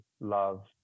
love